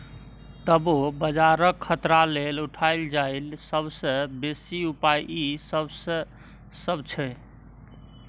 तबो बजारक खतरा लेल उठायल जाईल सबसे बेसी उपाय ई सब छै